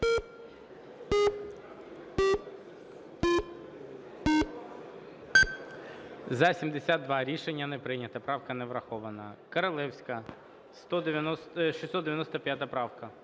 За-72 Рішення не прийнято. Правка не врахована. Королевська, 695 правка.